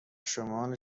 شمال